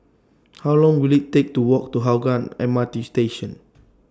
How Long Will IT Take to Walk to Hougang M R T Station